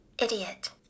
idiot